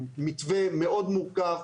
בנינו מתווה מאוד מורכב,